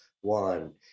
one